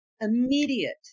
Immediate